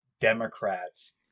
Democrats